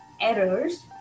errors